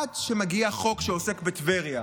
עד שמגיע חוק שעוסק בטבריה,